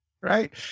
right